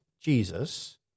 Jesus